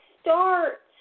start